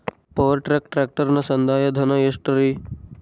Power track ಟ್ರ್ಯಾಕ್ಟರನ ಸಂದಾಯ ಧನ ಎಷ್ಟ್ ರಿ?